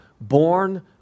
born